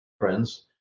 friends